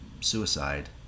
suicide